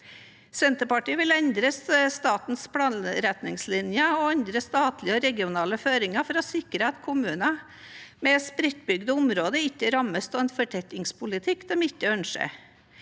Senterpartiet vil endre statens planretningslinjer og andre statlige og regionale føringer for å sikre at kommuner med spredtbygde områder ikke rammes av en fortettingspolitikk de ikke ønsker.